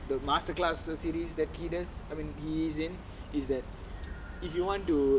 the master class series that he directs I mean he's in is that if you want to